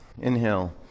Inhale